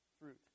fruit